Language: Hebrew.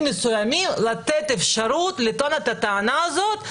מסוימים לתת אפשרות לטעון את הטענה הזאת.